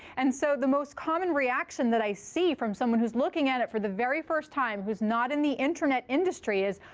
and so the most common reaction that i see from someone who's looking at it for the very first time who's not in the internet industry is,